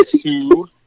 two